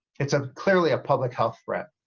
it's ah clearly a public health threat,